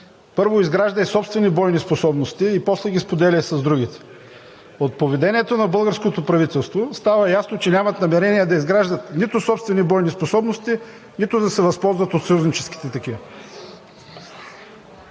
първо, изграждай собствени бойни способности и после ги споделяй с другите. От поведението на българското правителство става ясно, че нямат намерение да изграждат нито собствени бойни способности, нито да се възползват от съюзническите такива.